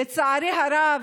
לצערי הרב,